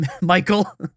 Michael